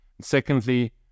Secondly